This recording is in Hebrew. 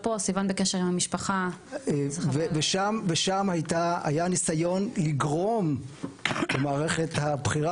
ושם היה ניסיון לגרום למערכת הבכירה,